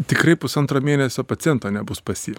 tikrai pusantro mėnesio paciento nebus pas jį